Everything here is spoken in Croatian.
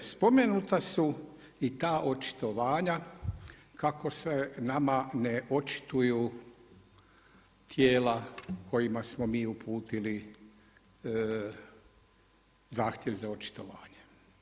Spomenuta su i ta očitovanja kako se nama ne očituju tijela kojima smo mi uputili zahtjev za očitovanjem.